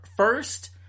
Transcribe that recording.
first